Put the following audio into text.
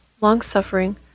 long-suffering